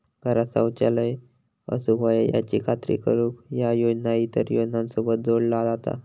घरांत शौचालय असूक व्हया याची खात्री करुक ह्या योजना इतर योजनांसोबत जोडला जाता